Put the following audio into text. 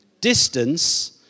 Distance